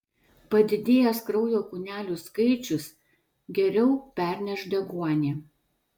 padidėjęs kraujo kūnelių skaičius geriau perneš deguonį